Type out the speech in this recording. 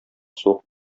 суык